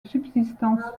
subsistance